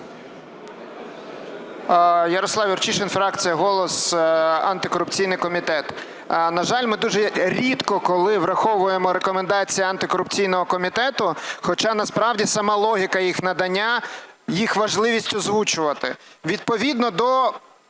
Ярослав Юрчишин, фракція "Голос", антикорупційний комітет. На жаль, ми дуже рідко коли враховуємо рекомендації антикорупційного комітету, хоча насправді сама логіка їх надання, їх важливість озвучувати. Відповідно до